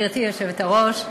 גברתי היושבת-ראש,